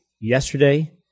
yesterday